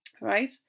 right